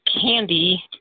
candy